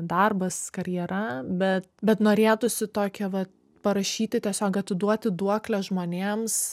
darbas karjera be bet norėtųsi tokią va parašyti tiesiog atiduoti duoklę žmonėms